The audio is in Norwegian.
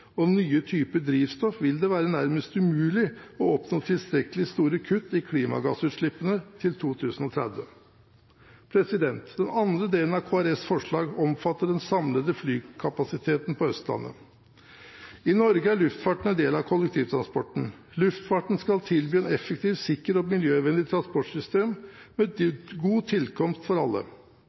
og nye typer drivstoff vil det være nærmest umulig å oppnå tilstrekkelig store kutt i klimagassutslippene til 2030. Den andre delen av Kristelig Folkepartis forslag omfatter den samlede flykapasiteten på Østlandet. I Norge er luftfarten en del av kollektivtransporten. Luftfarten skal tilby et effektivt, sikkert og miljøvennlig transportsystem med god tilkomst for alle.